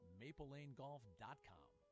maplelanegolf.com